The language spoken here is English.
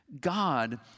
God